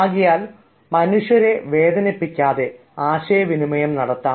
ആകയാൽ മനുഷ്യരെ വേദനിപ്പിക്കാതെ ആശയവിനിമയം നടത്താം